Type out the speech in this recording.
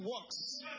works